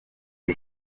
the